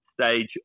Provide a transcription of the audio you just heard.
stage